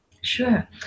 Sure